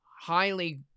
highly